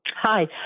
Hi